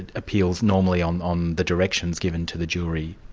and appeals normally on on the directions given to the jury.